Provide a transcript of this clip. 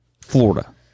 Florida